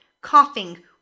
coughing